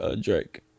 Drake